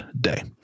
day